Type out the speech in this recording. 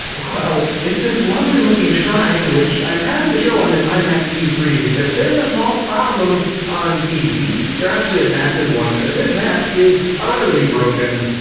well, it's this lovely-looking shrine, which i'm having to show on this imac g three because there's a small problem on pc. or actually a massive one, this map is utterly broken.